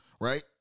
right